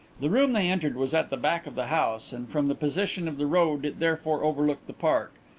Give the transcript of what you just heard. the room they entered was at the back of the house, and from the position of the road it therefore overlooked the park.